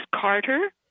Carter